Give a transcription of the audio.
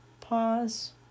pause